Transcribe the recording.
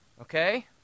Okay